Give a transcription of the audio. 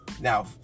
Now